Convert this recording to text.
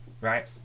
right